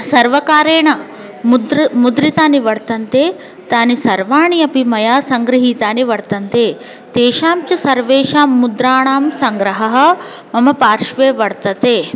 सर्वकारेण मुद्रा मुद्रितानि वर्तन्ते तानि सर्वाणि अपि मया सङ्गृहीतानि वर्तन्ते तेषां च सर्वेषां मुद्राणां सङ्ग्रहः मम पार्श्वे वर्तते